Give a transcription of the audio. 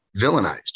villainized